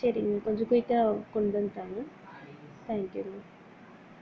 சரிங்க கொஞ்சம் குயிக்காக கொண்டாந்து தாங்க தேங்க்யூங்க